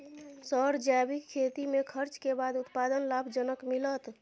Sir जैविक खेती में खर्च के बाद उत्पादन लाभ जनक मिलत?